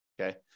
Okay